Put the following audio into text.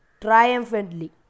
triumphantly